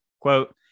Quote